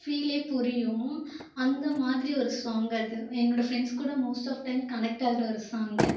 ஃபீலே புரியும் அந்த மாதிரி ஒரு சாங் அது என்னோட ஃப்ரெண்ட்ஸ் கூட மோஸ்ட் ஆஃப் டைம் கனெக்ட் ஆகிற ஒரு சாங்